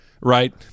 right